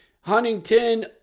Huntington